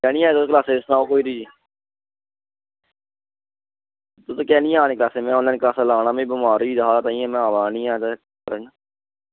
आना नी तूं क्लास च सना पूरी तुस कैल्ली नी आ दे क्लास च में आन लाईन क्लासां ला ना में बमार होी दा हा तां में आ दा नेईं हा ते